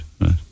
right